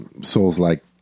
Souls-like